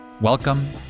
Welcome